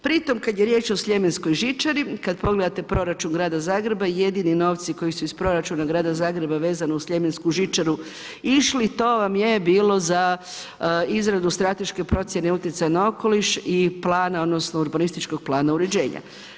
Pritom kad je riječ o sljemenskoj žičari, kad pogledate proračun grada Zagreba, jedini novci koji su iz proračuna grada Zagreba vezano uz sljemensku žičaru išli, to vam je bilo za izradu strateške procjene utjecaja na okoliš i plana odnosno urbanističkog uređenja.